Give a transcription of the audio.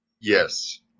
Yes